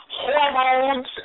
hormones